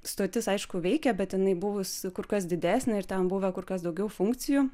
stotis aišku veikia bet jinai buvus kur kas didesnė ir ten buvę kur kas daugiau funkcijų